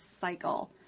cycle